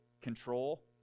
control